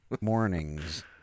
Mornings